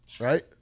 Right